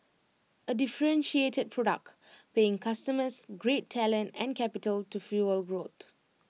A differentiated product paying customers great talent and capital to fuel growth